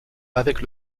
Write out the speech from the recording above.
avec